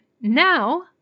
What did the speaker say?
Now